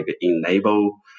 enable